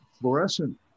fluorescent